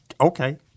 Okay